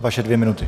Vaše dvě minuty.